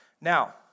Now